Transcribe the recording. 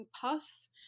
pus